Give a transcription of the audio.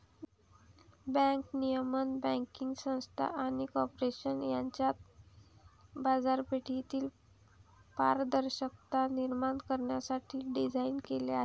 bank नियमन banking संस्था आणि कॉर्पोरेशन यांच्यात बाजारपेठेतील पारदर्शकता निर्माण करण्यासाठी डिझाइन केलेले आहे